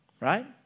Right